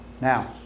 Now